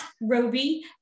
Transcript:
Roby